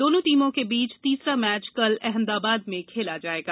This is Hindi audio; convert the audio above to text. दोनों टीमों के बीच तीसरा मैच कल अहमदाबाद में खेला जायेगा